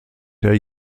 der